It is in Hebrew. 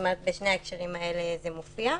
כלומר בשני ההקשרים זה מופיע.